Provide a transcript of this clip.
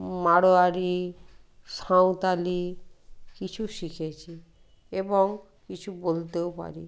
মারোয়াড়ি সাঁওতালি কিছু শিখেছি এবং কিছু বলতেও পারি